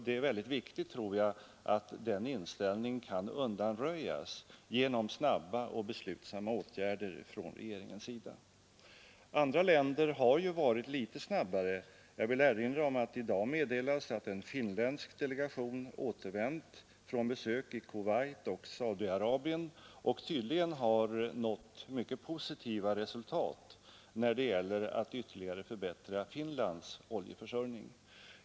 Det är väldigt viktigt, tror jag, att den inställningen kan undanröjas genom snabba och beslutsamma åtgärder från regeringens sida. Andra länder har ju varit litet snabbare. Jag vill erinra om att det i dag meddelas att en finländsk delegation återvänt från besök i Kuwait och Saudiarabien och tydligen har nått mycket positiva resultat när det gäller ytterligare att förbättra Finlands oljeförsörjning.